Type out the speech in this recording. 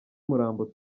murambo